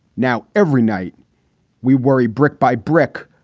now every night we worry brick by brick.